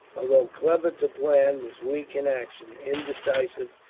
although clever to plan, was weak in action indecisive,